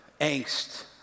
angst